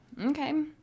Okay